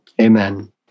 Amen